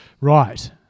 Right